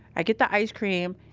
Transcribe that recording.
i get the ice cream,